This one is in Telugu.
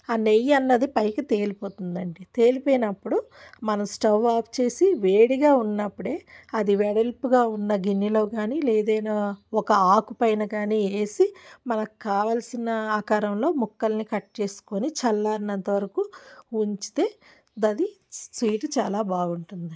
ఆ నెయ్యి అన్నది పైకి తేలిపోతుందండి తేలిపోయినప్పుడు మనం స్టవ్ ఆఫ్ చేసి వేడిగా ఉన్నప్పుడే అది వెడల్పుగా ఉన్న గిన్నెలో గానీ లేదా ఏదైనా ఒక ఆకు పైన కానీ వేసి మనకు కావాల్సిన ఆకారంలో ముక్కల్ని కట్ చేసుకొని చల్లారినంత వరకు ఉంచితే అది స్వీట్ చాలా బాగుంటుంది